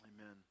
Amen